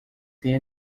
tem